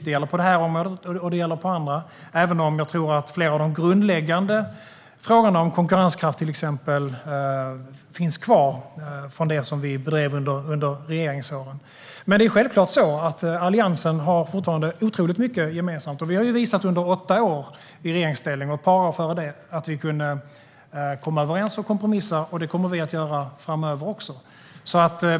Det gäller på detta område, och det gäller på andra, även om jag tror att flera av de grundläggande frågorna om konkurrenskraft, till exempel, finns kvar från det vi bedrev under regeringsåren. Det är självklart att Alliansen fortfarande har otroligt mycket gemensamt. Vi har under åtta år i regeringsställning och under ett par år innan dess visat att vi kunde komma överens och kompromissa. Det kommer vi att göra också framöver.